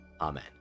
Amen